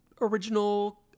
original